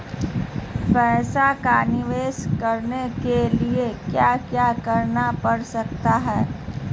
पैसा का निवेस करने के लिए क्या क्या करना पड़ सकता है?